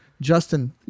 Justin